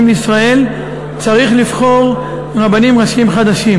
לישראל צריך לבחור רבנים ראשיים חדשים.